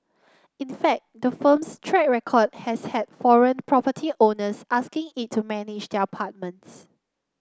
in fact the firm's track record has had foreign property owners asking it to manage their apartments